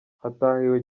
hatahiwe